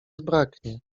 zbraknie